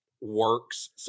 works